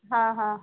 हां हां